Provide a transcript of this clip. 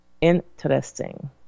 interesting